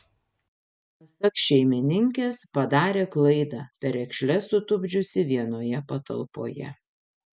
pasak šeimininkės padarė klaidą perekšles sutupdžiusi vienoje patalpoje